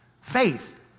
Faith